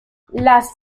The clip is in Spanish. las